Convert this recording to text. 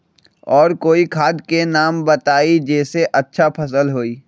और कोइ खाद के नाम बताई जेसे अच्छा फसल होई?